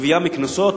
גבייה מקנסות,